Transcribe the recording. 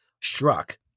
struck